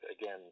again